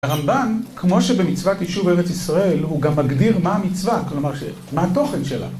הרמבן, כמו שבמצוות יישוב בארץ ישראל, הוא גם מגדיר מה המצווה, כלומר, מה התוכן שלה.